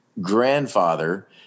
grandfather